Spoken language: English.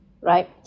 right